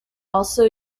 also